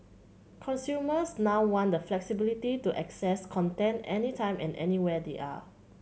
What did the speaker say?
consumers now want the flexibility to access content any time and anywhere they are